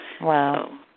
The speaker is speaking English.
Wow